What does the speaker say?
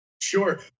Sure